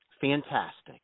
fantastic